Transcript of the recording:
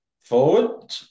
Forward